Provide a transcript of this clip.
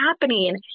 happening